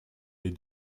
les